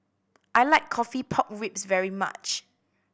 I like coffee pork ribs very much